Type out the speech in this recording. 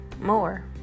more